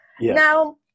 now